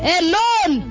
alone